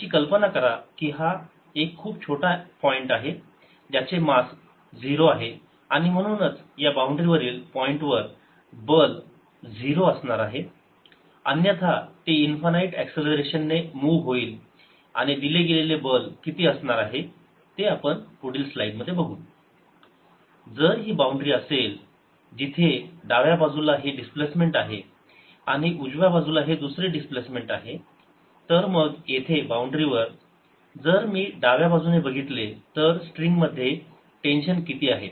अशी कल्पना करा की हा एक खूप छोटा पॉईंट आहे ज्याचे मास 0 आहे आणि म्हणूनच या बाउंड्री वरील पॉईंटवर बल 0 असणार आहे अन्यथा ते इन्फानाईट ऍक्सलरेशन ने मूव्ह होईल आणि दिले गेलेले बल किती असणार आहे ते आपण पुढील स्लाइडमध्ये बघू जर ही बाउंड्री असेल जिथे डाव्या बाजूला हे डिस्प्लेसमेंट आहे आणि उजव्या बाजूला हे दुसरे डिस्प्लेसमेंट आहे तर मग येथे बाउंड्री वर जर मी डाव्याबाजूने बघितले तर स्ट्रिंग मध्ये टेन्शन किती आहे